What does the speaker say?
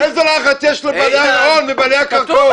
איזה לחץ יש לבעלי ההון, בעלי הקרקעות?